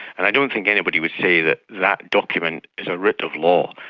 and i don't think anybody would say that that document is a writ of law.